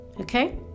okay